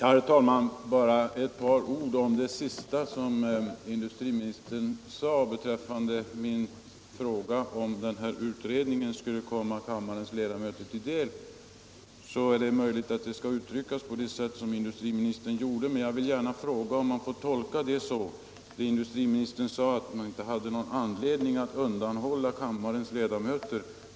Herr talman! Bara ett par ord som kommentar till industriministerns svar på min fråga, om kammarens ledamöter skulle få del av den här utvecklingen. Det är möjligt att det skall uttryckas på det sätt som industriministern gjorde. Industriministern sade att man inte hade någon anledning att undanhålla kammarens ledamöter resultatet av utredningen.